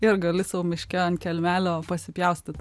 ir gali sau miške ant kelmelio pasipjaustyt